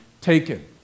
taken